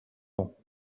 vents